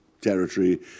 territory